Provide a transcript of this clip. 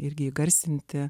irgi įgarsinti